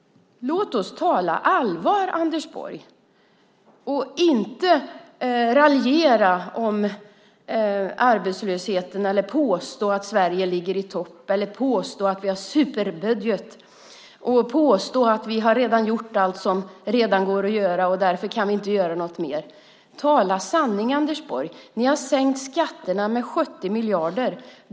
Låt oss tala allvar, Anders Borg, och inte raljera om arbetslösheten eller påstå att Sverige ligger i topp eller påstå att vi har en superbudget eller påstå att vi redan har gjort allt som går att göra och att vi därför inte kan göra något mer! Tala sanning, Anders Borg! Ni har sänkt skatterna med 70 miljarder.